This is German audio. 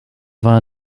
war